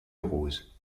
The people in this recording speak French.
rose